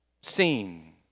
seen